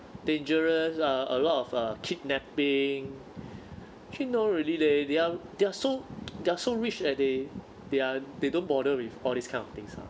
dangerous ah a lot of uh kidnapping actually no really leh they they're they're so they're so rich that they they're they don't bother with all these kind of things lah